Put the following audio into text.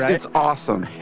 it's awesome.